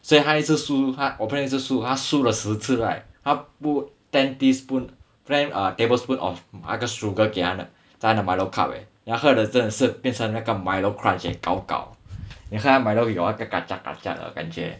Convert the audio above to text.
所以他一直输他我朋友一直输他输了十次 right 他 put ten teaspoons frame tablespoon of 那个 sugar 给他的在他的 milo cup eh 他喝了就真的是变成那个 milo crush gao gao 你喝了那个 milo 有那个的感觉